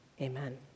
Amen